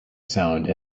sound